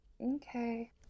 okay